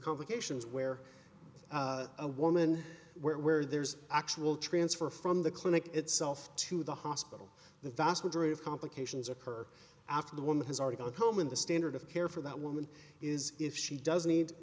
complications where a woman where there's actual transfer from the clinic itself to the hospital the vast majority of complications occur after the woman has already gone home in the standard of care for that woman is if she does need